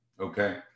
Okay